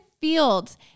Fields